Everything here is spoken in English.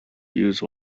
use